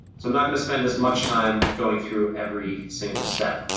so i'm not gonna spend as much time going through every single step.